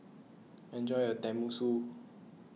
enjoy your Tenmusu